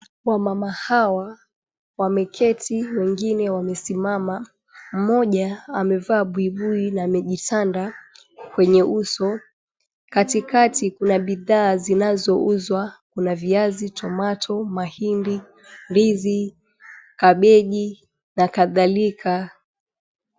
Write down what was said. Wamama hawa wemeketi wengine wamesimama, mmoja amevaa buibui na amejisanda kwenye uso. Katikati kuna bidhaa zinazouzwa. Kuna viazi, tomato, hahindi, ndizi, kabeji na kadhalika.